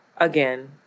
Again